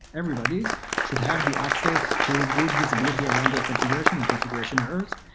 everybody should have the access to good visibility around their configuration and configuration errors.